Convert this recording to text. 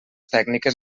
tècniques